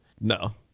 No